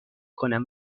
کنم